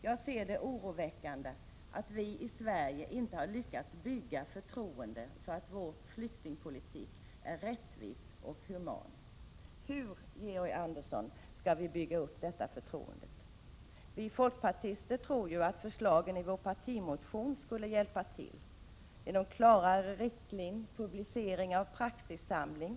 Jag ser det som oroväckande att vi i Sverige inte har lyckats bygga upp ett förtroende för att vår flyktingpolitik är rättvis och human. Hur, Georg Andersson, skall vi bygga upp detta förtroende? Vi folkpartister tror att förslagen i vår partimotion skulle kunna hjälpa till. Dessa förslag innebär bl.a. klarare riktlinjer och publicering av en praxissamling.